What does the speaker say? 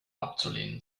abzulehnen